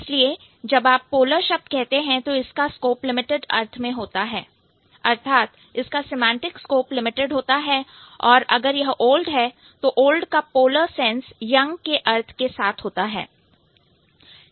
इसलिए जब आप पोलर शब्द कहते हैं तो इसका स्कोप लिमिटेड अर्थ में होता है अर्थात इसका सेमांटिक स्कोप लिमिटेड होता है और अगर यह ओल्ड है तो ओल्ड का पोलर सेंस यंग के अर्थ के साथ होता है